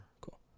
Cool